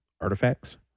artifacts